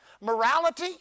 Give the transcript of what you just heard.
Morality